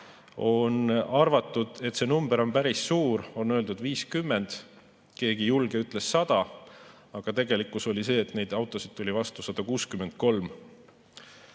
On arvatud, et see number on päris suur, on öeldud, et 50, keegi julge ütles, et 100. Aga tegelikkus oli see, et neid autosid tuli vastu 163.